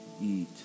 eat